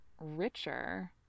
richer